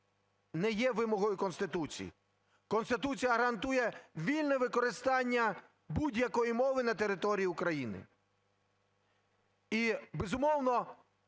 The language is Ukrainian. не є вимогою Конституції. Конституція гарантує вільне використання будь-якої мови на території України. І, безумовно,